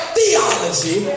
theology